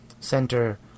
center